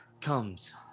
comes